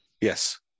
Yes